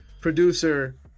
producer